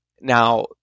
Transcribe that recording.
now